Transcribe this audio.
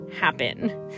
happen